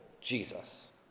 Jesus